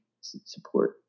support